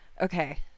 okay